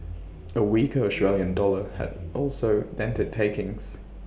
A weaker Australian dollar also dented takings